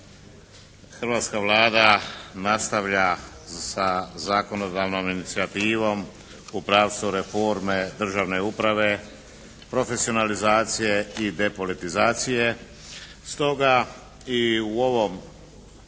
Hrvatska Vlada nastavlja sa zakonodavnom inicijativom u pravcu reforme državne uprave, profesionalizacije i depolitizacije.